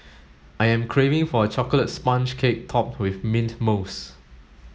I am craving for a chocolate sponge cake topped with mint mousse